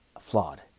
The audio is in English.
flawed